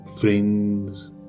friends